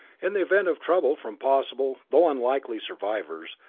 in the event of trouble from possible though unlikely survivors,